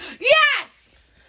Yes